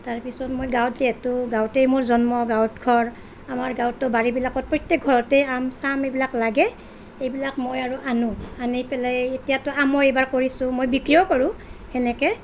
তাৰপিছত মই গাঁৱত যিহেতু গাঁৱতেই মোৰ জন্ম গাঁৱত ঘৰ আমাৰ গাঁৱতটো বাৰী বিলাকত প্ৰত্যেক ঘৰতে আম চাম এইবিলাক লাগে এইবিলাক মই আৰু আনো আনি পেলাই এতিয়াতো আমৰ এইবাৰ কৰিছোঁ মই বিক্ৰীও কৰোঁ সেনেকে